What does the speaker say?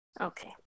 Okay